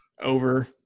Over